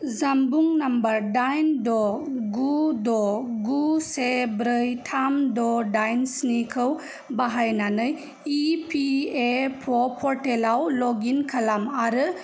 जानबुं नाम्बार दाइन द' गु द' गु से ब्रै थाम द' डाइन स्निखौ बाहायनानै इ फि ए अ पर्टेलाआव लग इन खालाम आरो